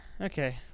Okay